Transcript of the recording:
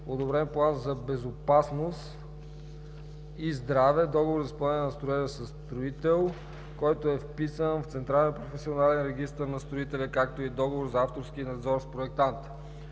одобрен план за безопасност и здраве, договор за изпълнение на строежа със строител, който е вписан в Централния професионален регистър на строителя, както и договор за авторски надзор с проектанта.“